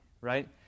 right